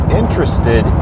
interested